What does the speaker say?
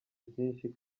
byinshi